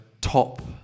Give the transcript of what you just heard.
top